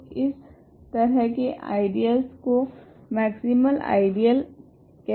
तो इस तरह के आइडियलस को मैक्सिमल आइडियल कहते है